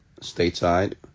stateside